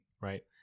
Right